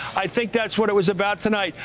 i think that's what it was about tonight.